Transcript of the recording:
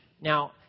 Now